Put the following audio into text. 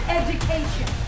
education